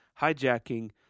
hijacking –